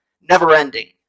never-ending